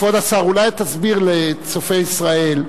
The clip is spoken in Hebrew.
כבוד השר, אולי תסביר לצופי ישראל.